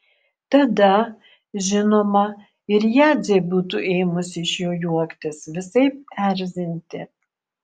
tada žinoma ir jadzė būtų ėmusi iš jo juoktis visaip erzinti